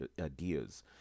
ideas